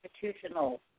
Constitutional